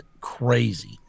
crazy